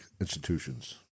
institutions